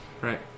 Right